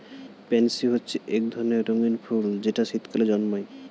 pansy হচ্ছে এক ধরনের রঙিন ফুল যেটা শীতকালে জন্মায়